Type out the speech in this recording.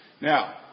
Now